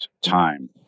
time